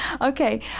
okay